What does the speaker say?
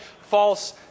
false